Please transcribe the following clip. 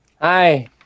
Hi